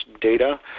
data